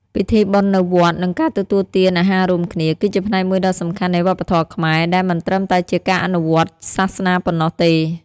ពិធីបុណ្យនៅវត្ត និងការទទួលទាន អាហាររួមគ្នា គឺជាផ្នែកមួយដ៏សំខាន់នៃវប្បធម៌ខ្មែរ ដែលមិនត្រឹមតែជាការអនុវត្តន៍សាសនាប៉ុណ្ណោះទេ។